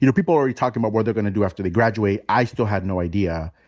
you know people are already talking about what they're gonna do after they graduate. i still had no idea.